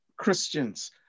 Christians